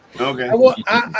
Okay